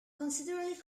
considerably